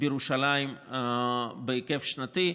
בירושלים בהיקף שנתי.